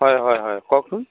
হয় হয় হয় কওকচোন